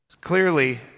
Clearly